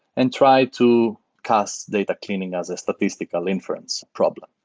and try to cast data cleaning as a statistical inference problem.